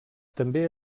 també